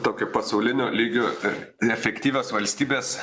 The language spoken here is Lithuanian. tokie pasaulinio lygio ir neefektyvios valstybės